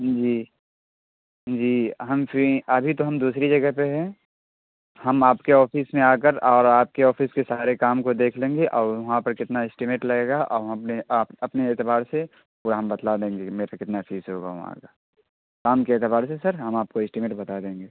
جی جی ہم فری ابھی تو ہم دوسری جگہ پہ ہیں ہم آپ کے آفس میں آ کر اور آپ کے آفس کے سارے کام کو دیکھ لیں گے اور وہاں پر کتنا اسٹیمیٹ لگے گا اور ہم اپنے آپ اپنے اعتبار سے پورا ہم بتلا دیں گے کہ میرے سے کتنا فیس ہوگا وہاں کا کام کے اعتبار سے سر ہم آپ کو اسٹیمیٹ بتا دیں گے